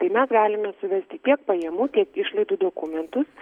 tai mes galime suvesti tiek pajamų tiek išlaidų dokumentus